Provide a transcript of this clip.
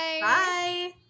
Bye